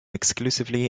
exclusively